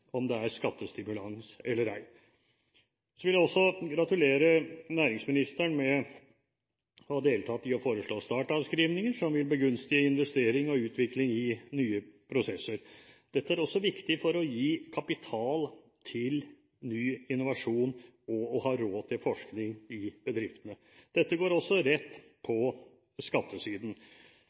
om det er skattestimulans eller ei. Jeg vil også gratulere næringsministeren med å ha deltatt i å foreslå startavskrivninger som vil begunstige investering og utvikling i nye prosesser. Dette er også viktig for å gi kapital til ny innovasjon, og for å ha råd til forskning i bedriftene. Dette går også rett på skattesiden